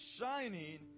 shining